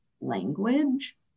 language